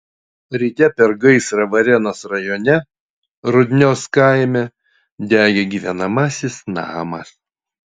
ryte per gaisrą varėnos rajone rudnios kaime degė gyvenamasis namas